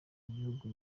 igihugu